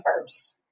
verse